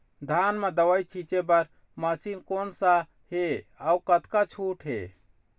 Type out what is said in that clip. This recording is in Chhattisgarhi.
धान म दवई छींचे बर मशीन कोन सा हे अउ कतका छूट हे?